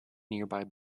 nearby